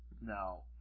now